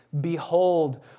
behold